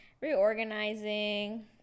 reorganizing